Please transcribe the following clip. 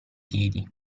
piedi